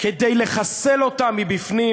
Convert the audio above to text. כדי לחסל אותה מבפנים.